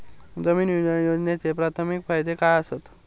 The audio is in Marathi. जीवन विमा योजनेचे प्राथमिक फायदे काय आसत?